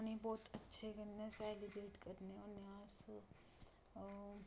उ'नेंई बहुत अच्छे कन्नै सैलीब्रेट करने होन्ने आं अस